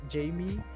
Jamie